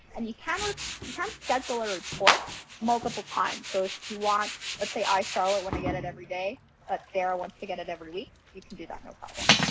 and you can ah you can schedule a report multiple times. so if you want, let's say i, charlotte, want to get it every day but sarah wants to get it every week. you can do that, no problem.